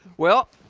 well.